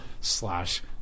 slash